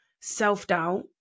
self-doubt